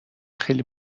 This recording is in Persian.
خیلی